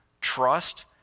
trust